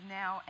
now